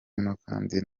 n’abapolisi